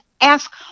ask